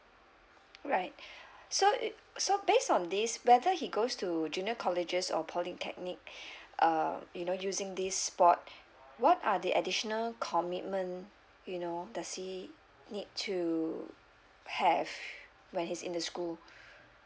right so it so based on this whether he goes to junior colleges or polytechnic um you know using this sport what are the additional commitment you know does he need to have when he's in the school